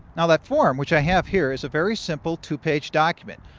now that form, which i have here, is a very simple two page document.